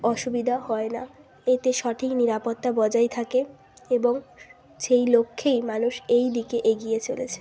অসুবিধা হয় না এতে সঠিক নিরাপত্তা বজায় থাকে এবং যেই লক্ষেই মানুষ এই দিকে এগিয়ে চলেছে